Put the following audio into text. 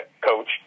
coach